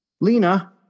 Lena